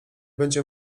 będzie